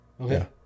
Okay